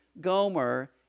Gomer